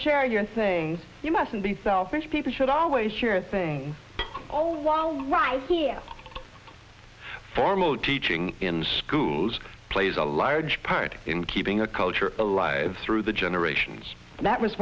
share your saying you mustn't be selfish people should always your thing oh wow wow formal teaching in schools plays a large part in keeping a culture alive through the generations that